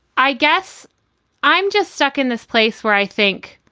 i guess i'm just stuck in this place where i think.